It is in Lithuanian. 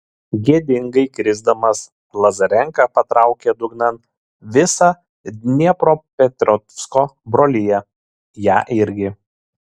gėdingai krisdamas lazarenka patraukė dugnan visą dniepropetrovsko broliją ją irgi